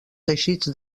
teixits